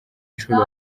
nshuro